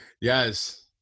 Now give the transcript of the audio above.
Yes